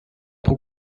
pro